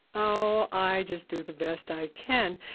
oh, i just do the best i can.